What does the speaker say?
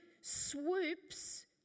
swoops